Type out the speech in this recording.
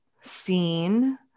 seen